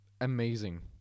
amazing